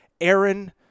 Aaron